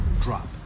drop